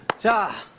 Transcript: job.